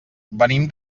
venim